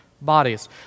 bodies